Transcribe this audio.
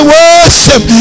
worship